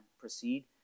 proceed